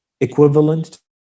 equivalent